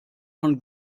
von